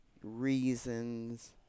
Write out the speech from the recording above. reasons